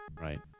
Right